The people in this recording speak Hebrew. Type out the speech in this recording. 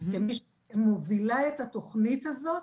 כמי שמובילה את התוכנית הזאת